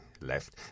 left